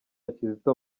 kizito